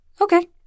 Okay